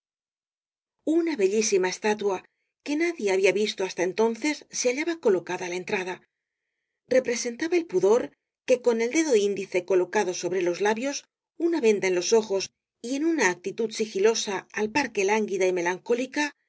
una bellísima estatua que nadie había visto hasta entonces se hallaba colocada á la entrada representaba el pudor que con el dedo índice colocado sobre los labios una venda en los ojos y en una actitud sigilosa al par que lánguida y melancólica